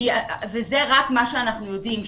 וזה רק מה שאנחנו יודעים.